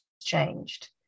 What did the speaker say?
changed